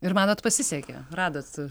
ir manot pasisekė radot